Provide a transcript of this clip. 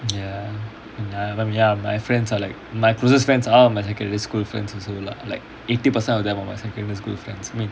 ya ya ya my friends are like my closest friends are my secondary school friends also lah like eighty percent of them are my secondary school friends I mean